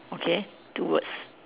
okay two words